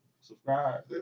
Subscribe